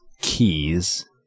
keys